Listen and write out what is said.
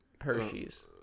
Hershey's